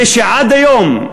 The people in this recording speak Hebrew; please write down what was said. הוא שעד היום,